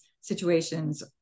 situations